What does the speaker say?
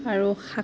আৰু শাক